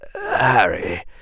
Harry